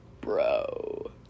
bro